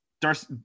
Darcy